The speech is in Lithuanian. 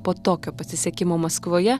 po tokio pasisekimo maskvoje